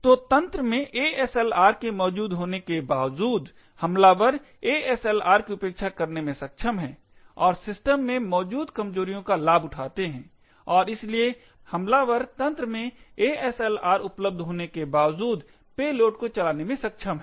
तो तंत्र में ASLR के मौजूद होने के बावजूद हमलावर ASLR की उपेक्षा करने में सक्षम हैं और सिस्टम में मौजूद कमजोरियों का लाभ उठाते हैं और इसीलिए हमलावर तंत्र में ASLR उपलब्ध होने के बावजूद पेलोड को चलाने में सक्षम हैं